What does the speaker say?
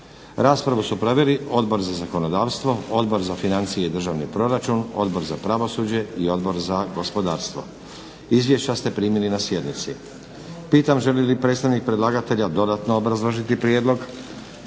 Raspravu su proveli Odbor za zakonodavstvo, Odbor za financije i državni proračun, Odbor za pravosuđe i Odbor za gospodarstvo. Izvješća ste primili na sjednici. Pitam želi li predstavnik predlagatelja dodatno obrazložiti prijedlog?